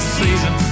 season